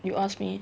you ask me